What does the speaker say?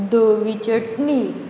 धोवी चटणी